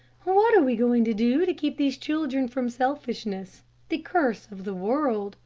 what are we going to do to keep these children from selfishness the curse of the world